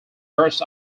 burst